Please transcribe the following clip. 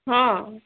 ହଁ